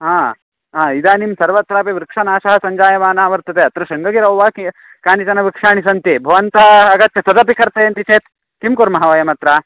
आ आ इदानीं सर्वत्रापि वृक्षनाशः सञ्जायमानः वर्तते अत्र शृङ्गगिरौ वा किं कानिचन वृक्षाणि सन्ति भवन्तः आगच्छ तदपि कर्तयन्ति चेत् किं कुर्मः वयमत्र